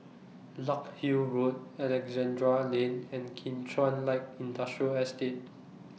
Larkhill Road Alexandra Lane and Kim Chuan Light Industrial Estate